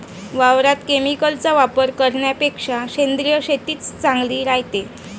वावरात केमिकलचा वापर करन्यापेक्षा सेंद्रिय शेतीच चांगली रायते